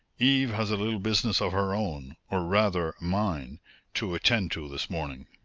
eve has a little business of her own or, rather, mine to attend to this morning.